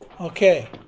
Okay